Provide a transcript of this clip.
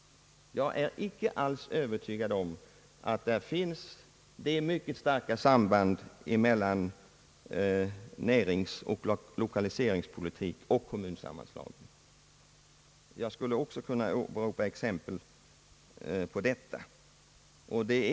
Jag är icke alls övertygad om att det föreligger ett så starkt samband mellan näringsoch lokaliseringspolitik och kommunsammanslagning. Jag skulle också kunna åberopa exempel på detta.